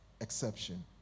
exception